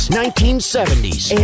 1970s